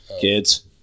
Kids